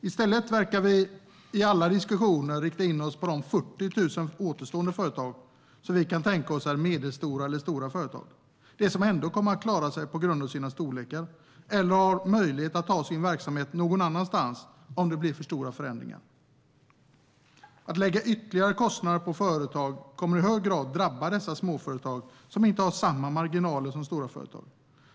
I stället verkar vi i alla diskussioner rikta in oss på de 40 000 återstående företag som vi kan tänka oss är medelstora eller stora företag - de som ändå kommer att klara sig på grund av sin storlek eller har möjlighet att ta sin verksamhet någon annanstans om det blir för stora förändringar. Att lägga ytterligare kostnader på företag kommer i hög grad att drabba dessa småföretag, som inte har samma marginaler som stora företag.